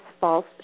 false